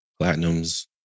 platinums